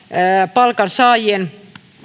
palkansaajien